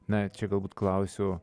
na čia galbūt klausiu